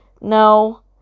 No